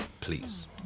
please